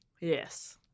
Yes